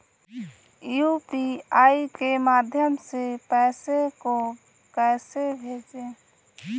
UPI के माध्यम से पैसे को कैसे भेजें?